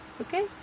okay